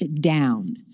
down